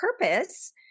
purpose